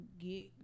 get